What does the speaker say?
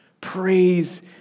praise